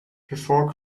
before